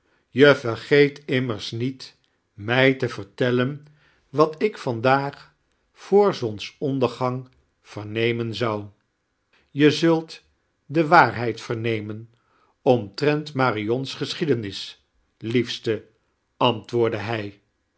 j vexgeet immers niet mij te vertellen wat ik vandaag voor zonsioradergang vemeinen zou je z ult de waarhaid vernenien omtirenit marion's geschiedenis liefste antwoardde hij